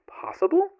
possible